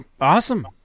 Awesome